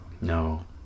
no